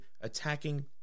attacking